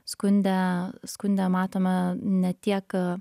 skunde skunde matome ne tiek